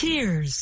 tears